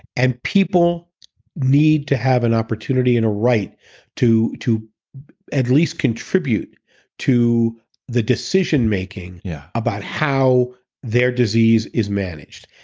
and people need to have an opportunity and a right to to at least contribute to the decision-making yeah about how their disease is managed.